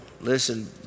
Listen